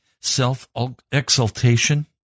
self-exaltation